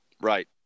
Right